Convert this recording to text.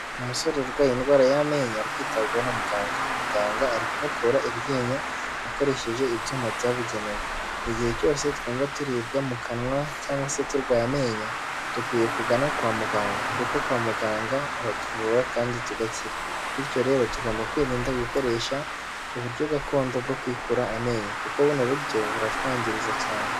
Umusore urwaye indwara y'amenyo ari kwitabwaho na muganga, muganga ari kumukura iryinyo akoresheje ibyuma byabugenewe. Igihe cyose twumva turibwa mu kanwa cyangwa se turwaye amenyo dukwiye kugana kwa muganga, kuko kwa muganga baratuvura kandi tugakira bityo rero tugomba kwirinda gukoresha uburyo gakondo bwo kwikura amenyo kuko kubona uburyo buratwangiriza cyane.